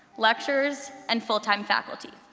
lecturers, and fulltime faculty.